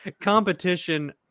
competition